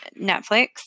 Netflix